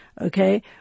Okay